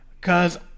Cause